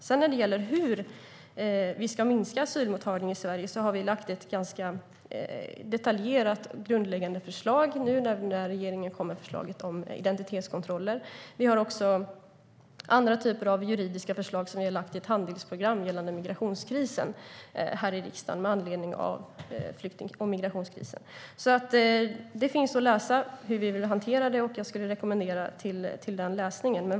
När det sedan gäller hur vi ska minska asylmottagningen i Sverige har vi lagt fram ett ganska detaljerat grundläggande förslag nu när regeringen kom med förslaget om identitetskontroller. Vi har också andra typer av juridiska förslag som gäller aktivt handlingsprogram för migrationskrisen här i riksdagen med anledning av flykting och migrationskrisen. Det finns alltså att läsa hur vi vill hantera detta, och jag rekommenderar till läsning.